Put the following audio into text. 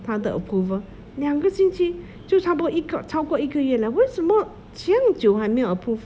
他的 approval 两个星期就差不多一个超过一个月了为什么这样久还没有 approve